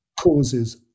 causes